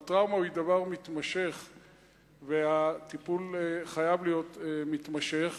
אבל טראומה היא דבר מתמשך והטיפול חייב להיות מתמשך.